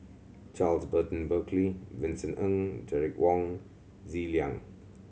Charles Burton Buckley Vincent Ng Derek Wong Zi Liang